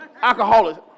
alcoholics